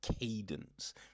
cadence